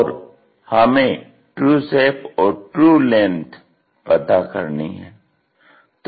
और हमें true shape और ट्रू लेंथ पता करनी है